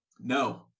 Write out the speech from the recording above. no